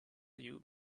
you